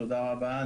תודה רבה.